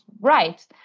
right